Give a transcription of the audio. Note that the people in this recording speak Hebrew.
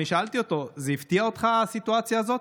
אני שאלתי אותו: הפתיעה אותך הסיטואציה הזאת?